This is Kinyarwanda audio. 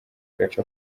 gace